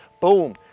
Boom